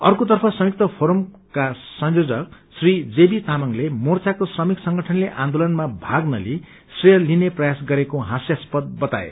अक्रेतर्फ संयुक्त फोरमका संयोजक श्री जेवी तामाङ्ले मोर्चाको श्रमिक संगठनले आन्दोलनमा भाग नलिइ श्रेय लिने प्रयास गरेको झस्यस्पद बताए